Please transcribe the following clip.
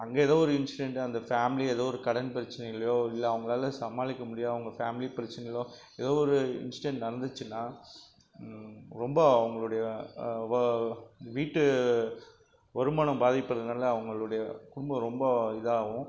அங்கே எதோ ஒரு இன்ஸிடெண்ட் அந்த ஃபேமிலி ஏதோ ஒரு கரண்ட் பிரச்சனைலேயோ இல்லை அவங்களால் சமாளிக்க முடியலை அவங்க ஃபேமிலி பிரச்சனையிலோ ஏதோ ஒரு இன்ஸிடெண்ட் நடந்துச்சின்னால் ரொம்ப அவங்களுடைய வீட்டு வருமானம் பாதிக்கிறதுனால் அவங்களுடைய குடும்பம் ரொம்ப இதாகவும்